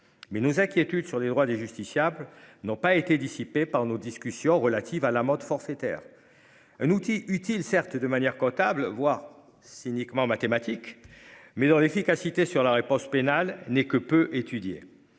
Mais nos inquiétudes sur les droits des justiciables n'ont pas été dissipé par nos discussions relatives à l'amende forfaitaire. Un outil utile, certes de manière comptable voire cyniquement mathématiques mais dont l'efficacité sur la réponse pénale n'est que peu étudier